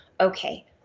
okay